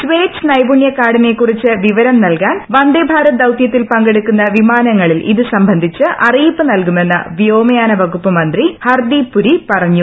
spades നൈപുണ്യ കാർഡിനെ കുറിച്ച് വിവരം നല്കാൻ വന്ദേഭാരത് ദൌത്യത്തിൽ പങ്കെടുക്കുന്ന വിമാനങ്ങളിൽ ഇത് സ്ലാംബന്ധിച്ച് അറിയിപ്പ് നൽകുമെന്ന് വ്യോമയാന വകുപ്പ് മുൻപ് ഹർദ്ദീപ്പുരി പറഞ്ഞു